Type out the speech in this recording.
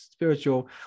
spiritual